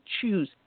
choose